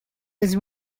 was